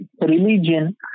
religion